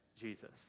Jesus